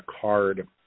card